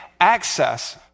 access